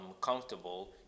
comfortable